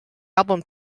album